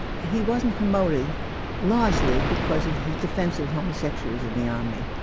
he wasn't promoted largely because of his defence of homosexuals in the army.